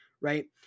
right